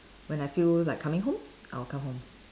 when I feel like coming home I'll come home